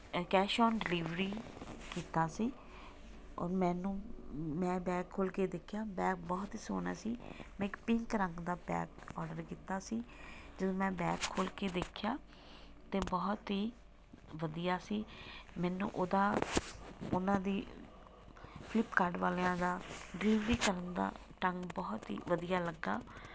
cash on delivery ਕੀਤਾ ਸੀ ਔਰ ਮੈਨੂੰ ਮੈਂ ਬੈਗ ਖੋਲ੍ਹ ਕੇ ਦੇਖਿਆ ਬੈਅ ਬਹੁਤ ਹੀ ਸੋਹਣਾ ਸੀ ਮੈਂ ਇੱਕ ਪਿੰਕ ਰੰਗ ਦਾ ਬੈਅ ਆਰਡਰ ਕੀਤਾ ਸੀ ਜਦੋਂ ਮੈਂ ਬੈਕ ਖੋਲ੍ਹ ਕੇ ਦੇਖਿਆ ਅਤੇ ਬਹੁਤ ਹੀ ਵਧੀਆ ਸੀ ਮੈਨੂੰ ਉਹਦਾ ਉਹਨਾਂ ਦੀ ਫਲਿਪਕਾਡ ਵਾਲਿਆਂ ਦਾ ਡਿਲੀਵਰੀ ਕਰਨ ਦਾ ਢੰਗ ਬਹੁਤ ਹੀ ਵਧੀਆ ਲੱਗਾ